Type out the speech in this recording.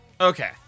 Okay